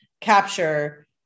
capture